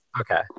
Okay